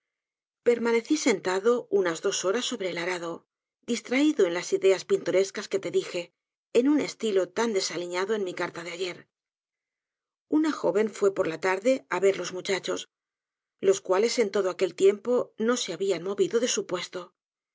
permaneci sentado unas dos horas sobre el arado distraido en las ideas pintorescas que te dije en un estilo tan desaliñado en mi carta de ayer una joven fue por la tarde á ver los muchachos los cuales en todo aquel tiempo no se habían movido de su puesto